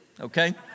okay